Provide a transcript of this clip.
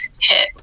hit